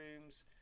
rooms